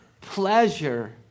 pleasure